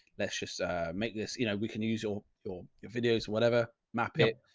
let's just make this, you know, we can use all your videos, whatever, map it,